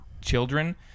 children